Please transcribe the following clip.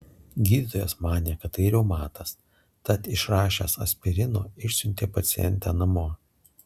gydytojas manė kad tai reumatas tad išrašęs aspirino išsiuntė pacientę namo